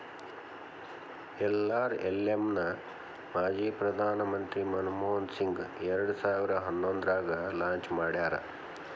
NRLM ನ ಮಾಜಿ ಪ್ರಧಾನ್ ಮಂತ್ರಿ ಮನಮೋಹನ್ ಸಿಂಗ್ ಎರಡ್ ಸಾವಿರ ಹನ್ನೊಂದ್ರಾಗ ಲಾಂಚ್ ಮಾಡ್ಯಾರ